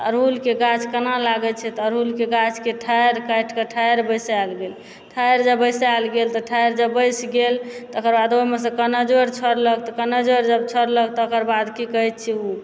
तऽ अड़हूलके गाछ केना लागै छै तऽ अड़हूलके गाछके ठारि काटिके ठारि बैसैल गेल ठारि जभ बैसाएल गेल तऽ ठारि जभ बैसि गेल तकर बाद ओहिमसँ कोना जोड़ि छोड़ जभ छोड़लक ओकर तकर बाद की कहै छी ओ